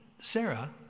Sarah